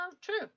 true